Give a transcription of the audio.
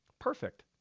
perfect